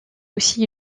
aussi